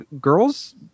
girls –